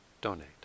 donate